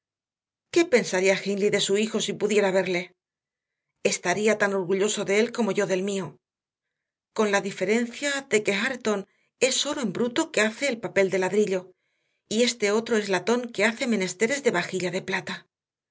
pensaría hindley de su hijo si pudiera verle estaría tan orgulloso de él como yo del mío con la diferencia de que hareton es oro en bruto que hace el papel de ladrillo y este otro es latón que hace menesteres de vajilla de plata